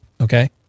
Okay